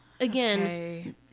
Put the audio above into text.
again